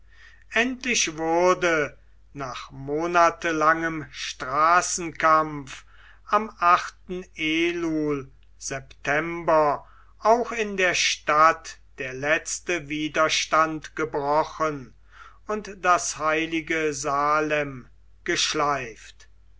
endlich wurde nach monatelangem straßenkampf amen e september auch in der stadt der letzte widerstand gebrochen und das heilige salem geschleift